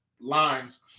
lines